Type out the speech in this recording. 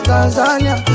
Tanzania